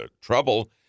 trouble